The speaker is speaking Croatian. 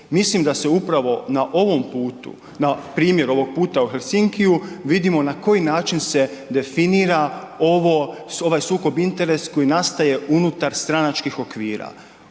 Mislim da se upravo na ovom putu, na primjer ovog puta u Helsinkiju vidimo na koji način se definira ovo, ovaj sukob interesa koji nastaje unutar stranačkih okvira.